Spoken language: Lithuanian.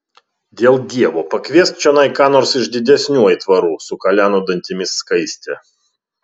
dėl dievo pakviesk čionai ką nors iš didesnių aitvarų sukaleno dantimis skaistė